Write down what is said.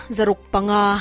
Zarukpanga